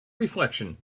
reflection